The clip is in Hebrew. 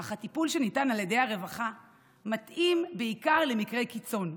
אך הטיפול שניתן על ידי הרווחה מתאים בעיקר למקרי קיצון,